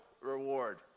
reward